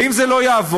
ואם זה לא יעבוד,